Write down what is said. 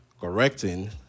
correcting